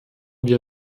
wir